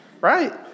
right